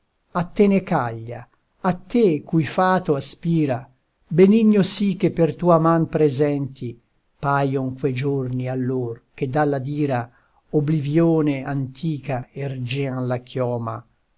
ne caglia a te cui fato aspira benigno sì che per tua man presenti paion que giorni allor che dalla dira obblivione antica ergean la chioma